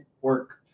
work